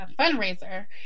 fundraiser